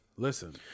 Listen